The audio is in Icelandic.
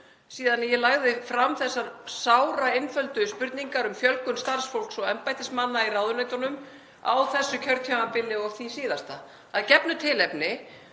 síðan ég lagði fram þessar sáraeinföldu spurningar um fjölgun starfsfólks og embættismanna í ráðuneytunum á þessu kjörtímabili og því síðasta, að gefnu tilefni.